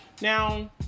Now